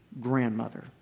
grandmother